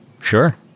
Sure